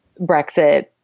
Brexit